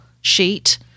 sheet